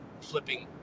flipping